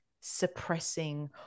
suppressing